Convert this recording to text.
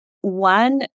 one